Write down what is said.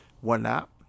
whatnot